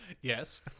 Yes